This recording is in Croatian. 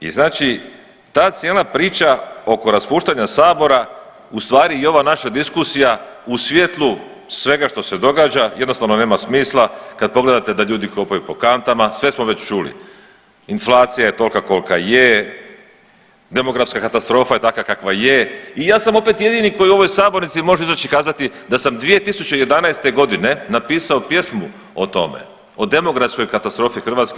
I znači ta cijela priča oko raspuštanja sabora ustvari i ova naša diskusija u svjetlu svega što se događa jednostavno nema smisla kad pogledate da ljudi kopaju po kantama, sve već smo čuli, inflacija je tolka kolka je, demografska katastrofa je takva kakva je i ja sam opet jedini koji u ovoj sabornici može izaći i kazati da sam 2011.g. napisao pjesmu o tome o demografskoj katastrofi Hrvatske.